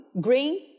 green